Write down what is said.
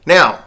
Now